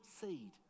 seed